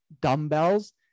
dumbbells